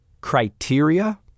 criteria